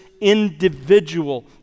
individual